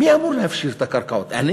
מי אמור להפשיר את הקרקעות, אני